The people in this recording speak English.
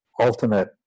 ultimate